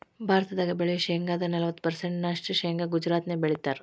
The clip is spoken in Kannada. ಭಾರತದಾಗ ಬೆಳಿಯೋ ಶೇಂಗಾದ ನಲವತ್ತ ಪರ್ಸೆಂಟ್ ನಷ್ಟ ಶೇಂಗಾ ಗುಜರಾತ್ನ್ಯಾಗ ಬೆಳೇತಾರ